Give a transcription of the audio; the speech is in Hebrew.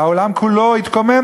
העולם כולו התקומם